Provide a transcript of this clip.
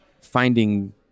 finding